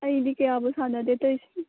ꯑꯩꯗꯤ ꯀꯌꯥꯕꯨ ꯁꯥꯟꯅꯗꯦ ꯇꯧꯔꯤꯁꯦ